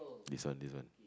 this one this one